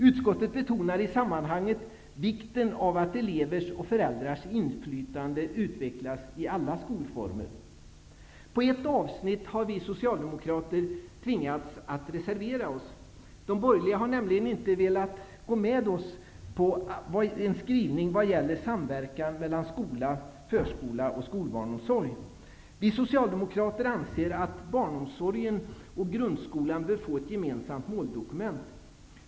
Utskottet betonar i sammanhanget vikten av att elevers och föräldrars inflytande utvecklas i alla skolformer. Vid ett avsnitt har vi socialdemokrater tvingats att reservera oss. De borgerliga har inte velat gå oss till mötes i vad gäller samverkan mellan skola, förskola och skolbarnomsorg. Vi socialdemokrater anser att barnomsorgen och grundskolan bör få ett gemensamt måldokument.